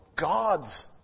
God's